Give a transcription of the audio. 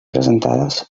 presentades